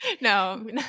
No